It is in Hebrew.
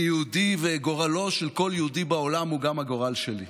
אני יהודי וגורלו של כל יהודי בעולם הוא גם הגורל שלי.